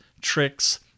tricks